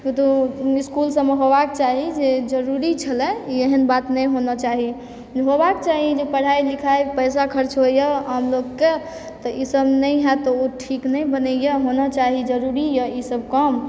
किन्तु इसकुल सबमे होबाक चाही जे जरुरी छलै ई एहन बात नहि होना चाही होबाक चाही जे पढ़ाई लिखाईमे पैसा खर्च होइया आम लोगके तऽ ई सब नहि होएत तऽ ओ ठीक नहि बनैया होना चाही जरुरी यऽ ई सब काम